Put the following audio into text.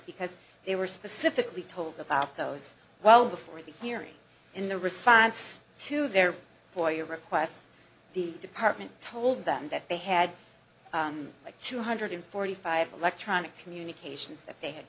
because they were specifically told about those well before the hearing in the response to their for your request the department told them that they had like two hundred forty five electronic communications that they had